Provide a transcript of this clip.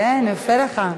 כן, יפה לך.